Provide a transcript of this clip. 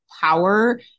power